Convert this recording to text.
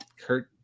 Kurt